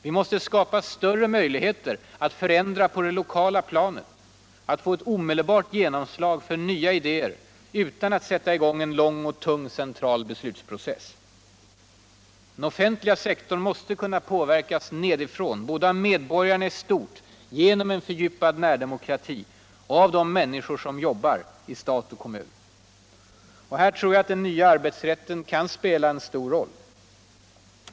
Vi måste skupa större möjligheter att förändra på det lokala planet, att få eu omedelbart genomslag för nya idéer utan att sätta i gång en lång och tung central beslutsprocess. Den offentliga sektorn måste kunna påverkas nedifrån, både av medborgarna i stort. genom en vidgad närdemokrati, och av de minniskor som jobbar hos stat och kommun. På det här området tror jag att den nya arbetsrätten kan spela en stor roll.